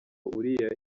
uriya